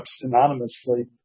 anonymously